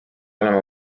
olema